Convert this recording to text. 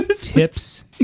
tips